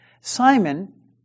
Simon